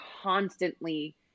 constantly